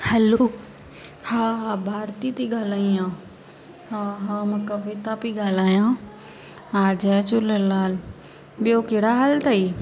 हलो हा हा भारती थी ॻाल्हाई या हा हा मां कविता पेई ॻाल्हायां हा जय झूलेलाल ॿियों कहिड़ा हालु अथेई